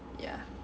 yeah